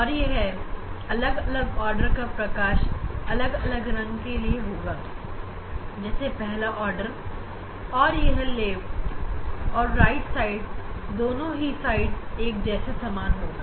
और यह अलग अलग ऑर्डर का प्रकाश अलग अलग रंग के लिए होगा जैसे पहला आर्डर और यह लेफ्ट और राइट दोनों ही साइड एक जैसा समान होगा